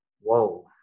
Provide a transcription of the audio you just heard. whoa